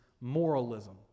moralism